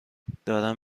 دارم